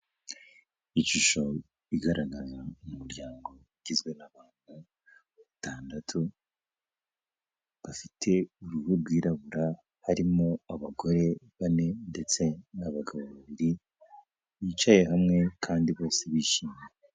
Ishusho igaragaza umuryango ugizwe n'abantu batandatu, bafite uruhu rwirabura, harimo abagore bane ndetse n'abagabo babiri, bicaye hamwe kandi bose bishimye.